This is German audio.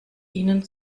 ihnen